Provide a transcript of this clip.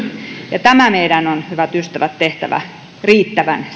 ja tämä meidän on hyvät ystävät tehtävä riittävän